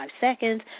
seconds